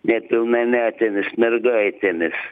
nepilnametėmis mergaitėmis